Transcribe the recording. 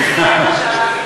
סליחה.